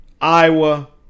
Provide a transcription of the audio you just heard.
Iowa